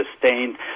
sustained